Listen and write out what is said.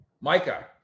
Micah